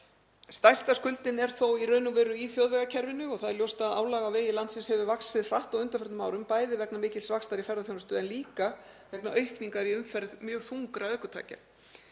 Stærsta skuldin er þó í þjóðvegakerfinu. Það er ljóst að álag á vegi landsins hefur vaxið hratt á undanförnum árum, bæði vegna mikils vaxtar í ferðaþjónustu en líka vegna aukningar í umferð mjög þungra ökutækja.